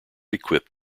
equipped